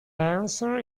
answer